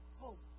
Hope